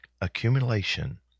accumulation